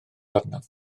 arnaf